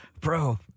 bro